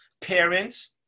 Parents